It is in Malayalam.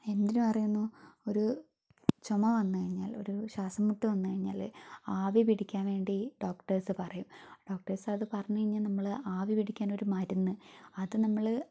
എന്തിനു പറയുന്നു ഒരു ചൊമ വന്ന് കഴിഞ്ഞാൽ ഒരു ശ്വാസംമുട്ട് വന്നു കഴിഞ്ഞാല് ആവി പിടിക്കാൻ വേണ്ടി ഡോക്ടേഴ്സ് പറയും ഡോക്ടേഴ്സത് അത് പറഞ്ഞു കഴിഞ്ഞാ നമ്മള് ആവി പിടിക്കാനൊരു മരുന്ന് അത് നമ്മള്